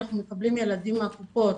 אנחנו מקבלים ילדים מהקופות